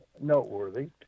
noteworthy